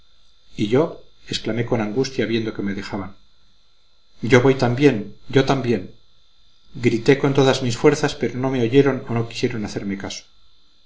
y yo exclamé con angustia viendo que me dejaban yo voy también yo también grité con todas mis fuerzas pero no me oyeron o no quisieron hacerme caso